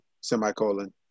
semicolon